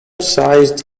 sized